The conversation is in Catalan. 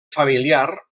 familiar